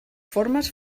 formes